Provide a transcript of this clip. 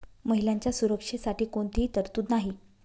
महिलांच्या सुरक्षेसाठी कोणतीही तरतूद नाही